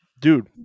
dude